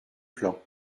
plan